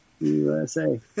USA